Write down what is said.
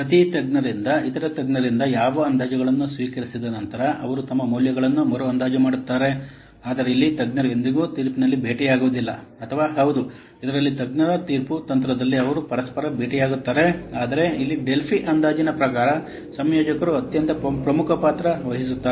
ಪ್ರತಿ ತಜ್ಞರಿಂದ ಇತರ ತಜ್ಞರಿಂದ ಯಾವ ಅಂದಾಜುಗಳನ್ನು ಸ್ವೀಕರಿಸಿದ ನಂತರ ಅವರು ತಮ್ಮ ಮೌಲ್ಯಗಳನ್ನು ಮರು ಅಂದಾಜು ಮಾಡುತ್ತಾರೆ ಆದರೆ ಇಲ್ಲಿ ತಜ್ಞರು ಎಂದಿಗೂ ತೀರ್ಪಿನಲ್ಲಿ ಭೇಟಿಯಾಗುವುದಿಲ್ಲ ಅಥವಾ ಹೌದು ಇದರಲ್ಲಿ ತಜ್ಞರ ತೀರ್ಪು ತಂತ್ರದಲ್ಲಿ ಅವರು ಪರಸ್ಪರರನ್ನು ಭೇಟಿಯಾಗುತ್ತಾರೆ ಆದರೆ ಇಲ್ಲಿ ಡೆಲ್ಫಿ ಅಂದಾಜಿನ ಪ್ರಕಾರ ಸಂಯೋಜಕರು ಅತ್ಯಂತ ಪ್ರಮುಖ ಪಾತ್ರ ವಹಿಸುತ್ತಾರೆ